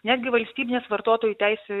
netgi valstybinės vartotojų teisių